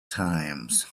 times